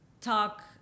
talk